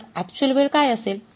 तर अक्चुअल वेळ काय असेल